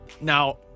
Now